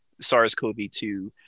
SARS-CoV-2